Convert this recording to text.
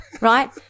Right